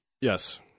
Yes